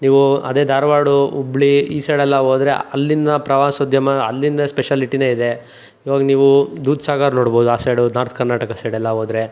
ನೀವೂ ಅದೇ ಧಾರವಾಡ ಹುಬ್ಳಿ ಈ ಸೈಡೆಲ್ಲ ಹೋದ್ರೆ ಅಲ್ಲಿಯ ಪ್ರವಾಸೋದ್ಯಮ ಅಲ್ಲಿಂದ ಸ್ಪೆಷಾಲಿಟಿಯೇ ಇದೆ ಇವಾಗ ನೀವು ದೂದಸಾಗರ್ ನೋಡ್ಬೋದು ಆ ಸೈಡು ನಾರ್ತ್ ಕರ್ನಾಟಕ ಸೈಡೆಲ್ಲ ಹೋದ್ರೆ